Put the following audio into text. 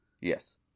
yes